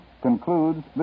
concludes